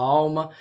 alma